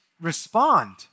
respond